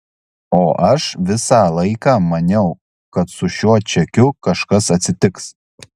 o aš visą laiką maniau kad su šiuo čekiu kažkas atsitiks